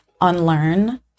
unlearn